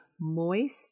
moist